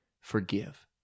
forgive